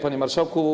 Panie Marszałku!